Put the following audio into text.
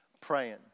praying